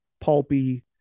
pulpy